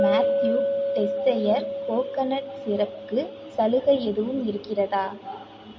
மேத்யு டெஸ்ஸயர் கோகனட் சிரப்புக்கு சலுகை எதுவும் இருக்கிறதா